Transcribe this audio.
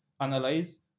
analyze